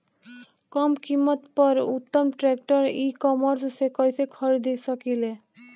कम कीमत पर उत्तम ट्रैक्टर ई कॉमर्स से कइसे खरीद सकिले?